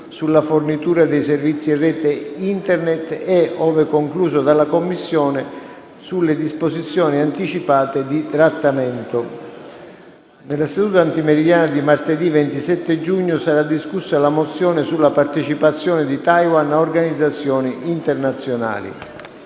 sulla fornitura di servizi rete Internet e - ove concluso dalla Commissione - sulle disposizioni anticipate di trattamento. Nella seduta antimeridiana di martedì 27 giugno sarà discussa la mozione sulla partecipazione di Taiwan a organizzazioni internazionali.